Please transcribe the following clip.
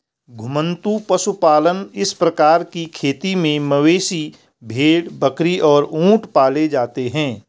घुमंतू पशुपालन इस प्रकार की खेती में मवेशी, भेड़, बकरी और ऊंट पाले जाते है